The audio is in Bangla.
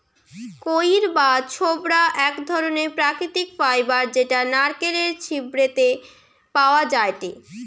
কইর বা ছোবড়া এক ধরণের প্রাকৃতিক ফাইবার যেটা নারকেলের ছিবড়ে তে পাওয়া যায়টে